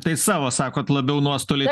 tai savo sakot labiau nuostoliai